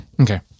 Okay